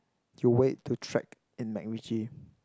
to wear it to trek in MacRitchie